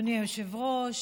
אדוני היושב-ראש,